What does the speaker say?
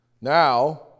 Now